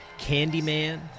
Candyman